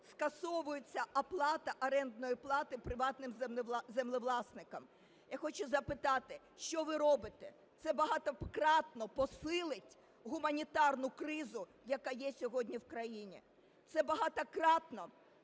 скасовується оплата орендної плати приватним землевласникам. Я хочу запитати: що ви робите? Це багатократно посилить гуманітарну кризу, яка є сьогодні в країні. Це багатократно